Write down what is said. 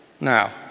Now